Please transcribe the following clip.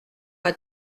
pas